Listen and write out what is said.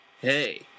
Hey